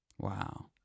Wow